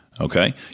Okay